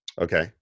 Okay